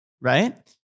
Right